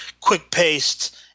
quick-paced